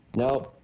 no